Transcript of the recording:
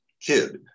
kid